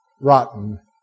Rotten